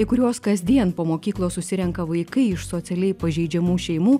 į kuriuos kasdien po mokyklos susirenka vaikai iš socialiai pažeidžiamų šeimų